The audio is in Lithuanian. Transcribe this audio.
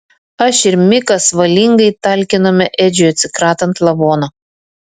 aš ir mikas valingai talkinome edžiui atsikratant lavono